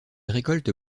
récolte